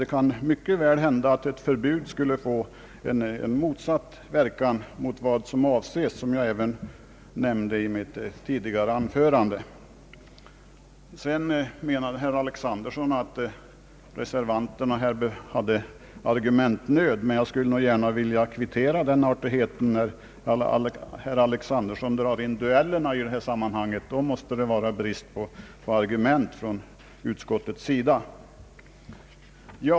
Det kan mycket väl hända att ett förbud skulle få motsatt verkan mot vad som avses, vilket jag även nämnde i mitt tidigare inlägg. Sedan ansåg herr Alexanderson att reservanterna hade argumentnöd. Jag skulle gärna vilja kvittera den artigheten. När herr Alexanderson drar in duellerna i detta sammanhang måste det vara brist på argument på utskottets sida.